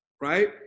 right